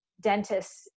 dentists